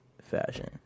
fashion